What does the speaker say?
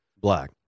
black